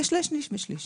כשליש שני שליש.